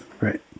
Right